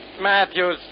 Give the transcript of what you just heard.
Matthews